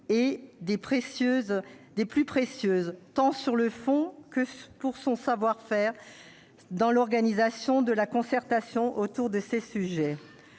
est des plus précieuses, tant sur le fond que pour son savoir-faire dans l'organisation de la concertation autour de ces sujets.